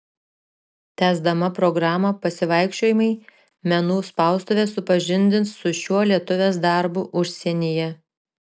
tęsdama programą pasivaikščiojimai menų spaustuvė supažindins su šiuo lietuvės darbu užsienyje